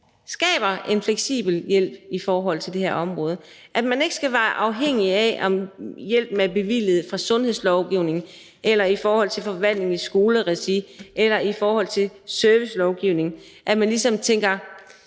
skaber en fleksibel hjælp i forhold til det her område, at man ikke skal være afhængig af, om hjælpen er bevilget fra sundhedslovgivningen eller i forhold til forvaltningen i skoleregi eller i forhold til servicelovgivningen, og at man ligesom tænker